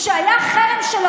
כשהיה חרם של האופוזיציה,